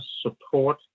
support